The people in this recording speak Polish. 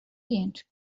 jęczmień